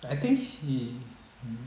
I think he